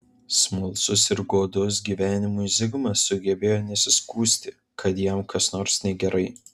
smalsus ir godus gyvenimui zigmas sugebėjo nesiskųsti kad jam kas nors negerai